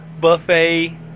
buffet